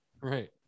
Right